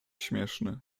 śmieszny